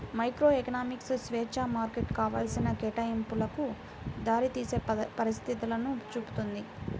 microeconomics స్వేచ్ఛా మార్కెట్లు కావాల్సిన కేటాయింపులకు దారితీసే పరిస్థితులను చూపుతుంది